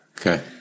Okay